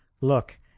look